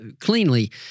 cleanly